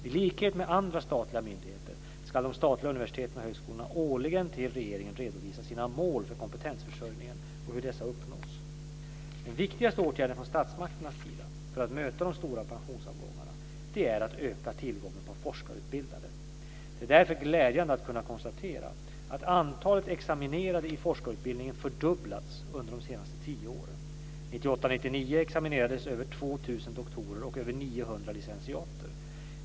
I likhet med andra statliga myndigheter ska de statliga universiteten och högskolorna årligen till regeringen redovisa sina mål för kompetensförsörjningen och hur dessa uppnåtts. Den viktigaste åtgärden från statsmakternas sida för att möta de stora pensionsavgångarna är att öka tillgången på forskarutbildade. Det är därför glädjande att kunna konstatera att antalet examinerade i forskarutbildningen fördubblats under de senaste tio åren. År 1998/99 examinerades över 2 000 doktorer och över 900 licentiater.